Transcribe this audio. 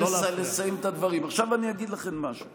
מהפה ולחוץ על שינויים, אני הגשתי שורה